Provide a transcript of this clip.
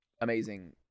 amazing